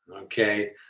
okay